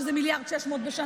שזה 1.6 מיליארד לשנה.